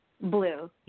Blue